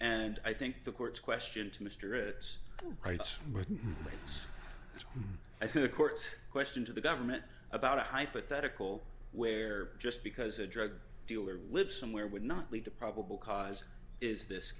and i think the courts question to mr it's rights or i could court question to the government about a hypothetical where just because a drug dealer lives somewhere would not lead to probable cause is this